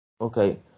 Okay